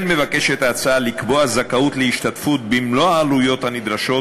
כן מבקשת ההצעה לקבוע זכאות להשתתפות במלוא העלויות הנדרשות